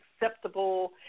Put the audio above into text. acceptable